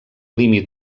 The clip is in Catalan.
límit